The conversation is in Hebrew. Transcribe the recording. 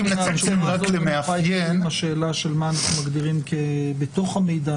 --- מה אנחנו מגדירים בתוך המידע,